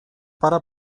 пора